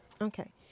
okay